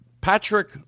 Patrick